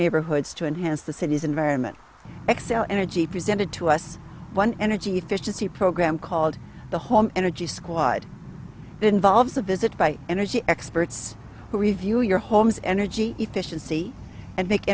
neighborhoods to enhance the city's environment xcel energy presented to us one energy efficiency program called the home energy squad involves a visit by energy experts who review your home's energy efficiency